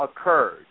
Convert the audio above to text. occurred